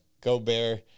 Gobert